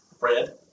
Red